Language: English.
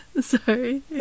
Sorry